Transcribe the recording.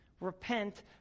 repent